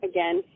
Again